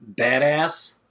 badass